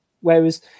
Whereas